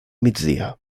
migdia